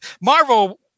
Marvel